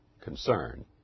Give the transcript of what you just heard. concern